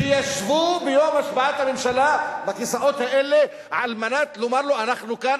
שישבו ביום השבעת הממשלה על הכיסאות האלה כדי לומר לו: אנחנו כאן,